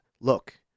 look